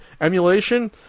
Emulation